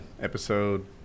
episode